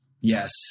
Yes